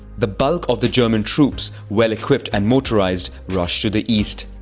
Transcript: the bulk of the german troops, well equipped and motorized, rush to the east.